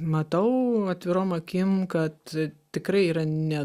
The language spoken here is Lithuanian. matau atvirom akim kad tikrai yra ne